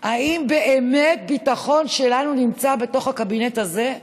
אם באמת הביטחון שלנו נמצא בקבינט הזה.